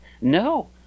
No